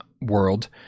world